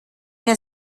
mir